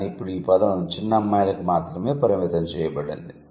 కానీ ఇప్పుడు ఈ పదం చిన్న అమ్మాయిలకు మాత్రమే పరిమితం చేయబడింది